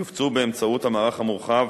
יופצו באמצעות המערך המורחב